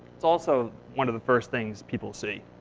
it's also one of the first things people see.